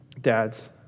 dads